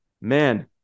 man